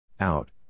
Out